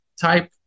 type